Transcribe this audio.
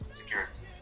security